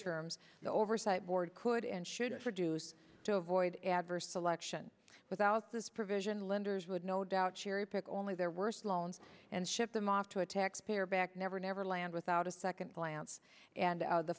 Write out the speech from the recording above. terms the oversight board could and should produce to avoid adverse selection without this provision lenders would no doubt cherry pick only their worst loans and ship them off to a taxpayer back never never land without a second glance and